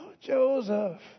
Joseph